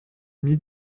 demi